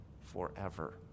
forever